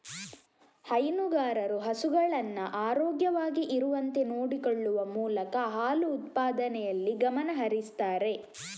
ಹೈನುಗಾರರು ಹಸುಗಳನ್ನ ಆರೋಗ್ಯವಾಗಿ ಇರುವಂತೆ ನೋಡಿಕೊಳ್ಳುವ ಮೂಲಕ ಹಾಲು ಉತ್ಪಾದನೆಯಲ್ಲಿ ಗಮನ ಹರಿಸ್ತಾರೆ